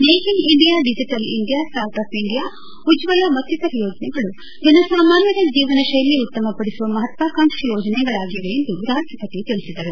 make in India digital India startup India Ujjwala ಮತ್ತಿತರ ಯೋಜನೆಗಳು ಜನಸಾಮಾನ್ಯರ ಜೀವನತೈಲಿ ಉತ್ತಮ ಪಡಿಸುವ ಮಹತ್ವಾಕಾಂಕ್ಷಿ ಯೋಜನೆಗಳಾಗಿವೆ ಎಂದು ರಾಷ್ಟಪತಿ ತಿಳಿಸಿದರು